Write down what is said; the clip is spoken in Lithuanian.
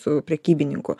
su prekybininku